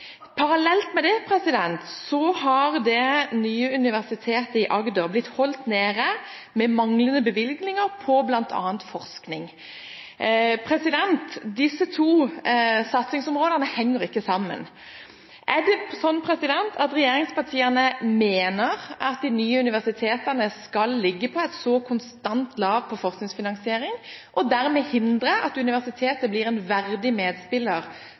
Parallelt med det har det nye universitetet i Agder blitt holdt nede med manglende bevilgninger til bl.a. forskning. Disse to satsingsområdene henger ikke sammen. Er det sånn at regjeringspartiene mener at de nye universitetene skal ligge på et så konstant lavt nivå på forskningsfinansiering og dermed hindre at universitetet blir en verdig medspiller